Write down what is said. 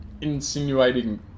insinuating